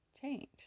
change